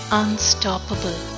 unstoppable